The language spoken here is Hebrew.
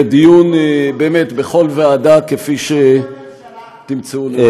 לדיון, באמת, בכל ועדה שתמצאו לנכון,